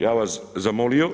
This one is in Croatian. Ja vas zamolio